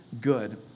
good